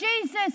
Jesus